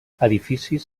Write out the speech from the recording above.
edificis